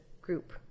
group